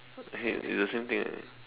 hey it's the same thing right